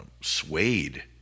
suede